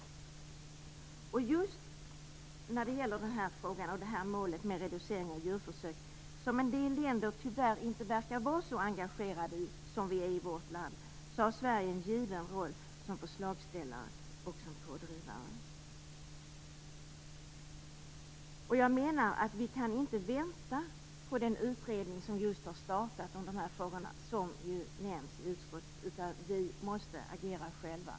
Just när det gäller den här målsättningen med reducering av antalet djurförsök, som en del länder tyvärr inte verkar att vara så engagerade i, har Sverige en given roll som förslagsställare och pådrivare. Vi kan inte vänta på den utredning som just har startat sitt arbete med dessa frågor, som sägs i betänkandet, utan vi måste agera själva.